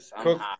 Cook